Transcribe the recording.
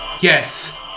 Yes